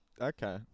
Okay